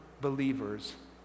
believers